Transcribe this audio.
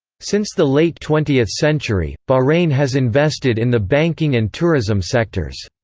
since the late twentieth century, bahrain has invested in the banking and tourism sectors.